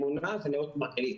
אמונה ונאות מרגלית,